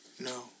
No